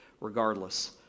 regardless